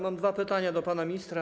Mam dwa pytania do pana ministra.